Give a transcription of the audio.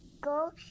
go